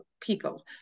people